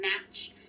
match